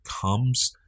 comes